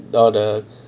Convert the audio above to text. the the